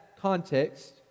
Context